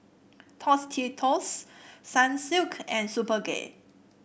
Tostitos Sunsilk and Superga